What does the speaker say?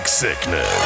Sickness